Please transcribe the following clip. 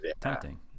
Tempting